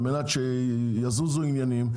מנת שיזוזו עניינים,